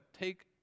take